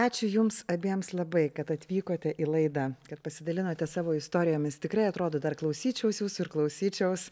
ačiū jums abiems labai kad atvykote į laidą kad pasidalinote savo istorijomis tikrai atrodo dar klausyčiaus jūsų ir klausyčiaus